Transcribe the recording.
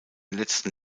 letzten